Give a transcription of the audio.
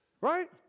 Right